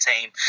team